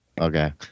Okay